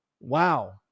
Wow